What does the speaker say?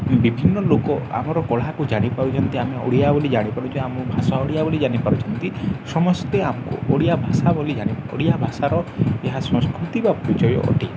ବିଭିନ୍ନ ଲୋକ ଆମର କଳାକୁ ଜାଣିପାରୁଛନ୍ତି ଆମେ ଓଡ଼ିଆ ବୋଲି ଜାଣିପାରୁଛେ ଆମ ଭାଷା ଓଡ଼ିଆ ବୋଲି ଜାଣିପାରୁଛନ୍ତି ସମସ୍ତେ ଆମକୁ ଓଡ଼ିଆ ଭାଷା ବୋଲି ଜାଣି ଓଡ଼ିଆ ଭାଷାର ଏହା ସଂସ୍କୃତି ବା ପରିଚୟ ଅଟେ